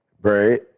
Right